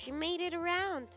she made it around